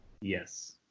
yes